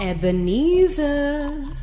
Ebenezer